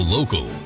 Local